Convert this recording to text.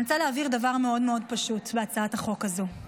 אני רוצה להבהיר דבר מאוד מאוד פשוט בהצעת החוק הזו.